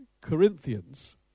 Corinthians